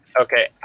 Okay